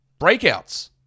breakouts